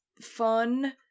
fun